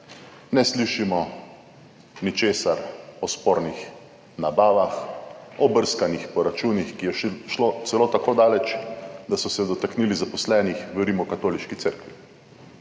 ne slišimo ničesar o spornih nabavah, o brskanjih po računih, ki je šlo celo tako daleč, da so se dotaknili zaposlenih v Rimskokatoliški cerkvi.